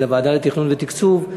לוועדה לתכנון ותקצוב,